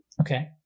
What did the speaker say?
Okay